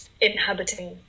inhabiting